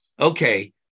okay